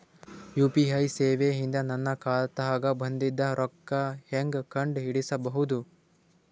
UPI ಸೇವೆ ಇಂದ ನನ್ನ ಖಾತಾಗ ಬಂದಿದ್ದ ರೊಕ್ಕ ಹೆಂಗ್ ಕಂಡ ಹಿಡಿಸಬಹುದು?